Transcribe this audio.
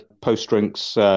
post-drinks